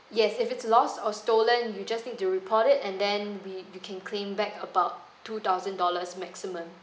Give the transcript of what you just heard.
yes if it's lost or stolen you just need to report it and then we you can claim back about two thousand dollars maximum